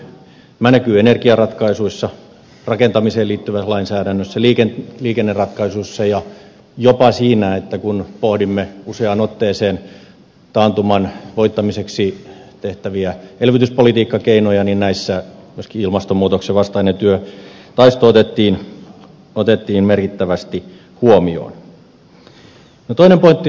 tämä näkyy energiaratkaisuissa rakentamiseen liittyvässä lainsäädännössä liikenneratkaisuissa ja jopa siinä että kun pohdimme useaan otteeseen taantuman voittamiseksi tehtäviä elvytyspolitiikkakeinoja niin näissä myöskin ilmastonmuutoksen vastainen taisto otettiin merkittävästi huomioon